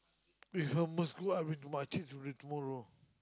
if Hummus cook I bring to my kids you bring tomorrow